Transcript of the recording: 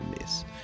miss